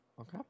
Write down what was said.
Okay